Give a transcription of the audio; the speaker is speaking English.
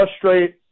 frustrate